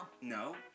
No